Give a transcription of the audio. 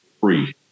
free